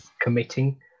committing